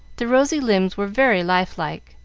the rosy limbs were very life-like,